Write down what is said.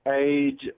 age